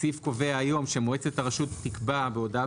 הסעיף קובע היום שמועצת הרשות תקבע בהודעה